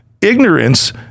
ignorance